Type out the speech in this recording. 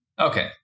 Okay